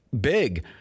big